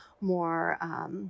more